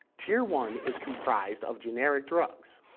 tier one is comprised of generic drugs.